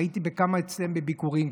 והייתי בכמה מהם בביקורים,